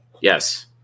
yes